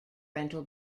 rental